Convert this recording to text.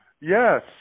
Yes